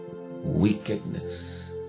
Wickedness